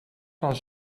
van